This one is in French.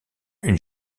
une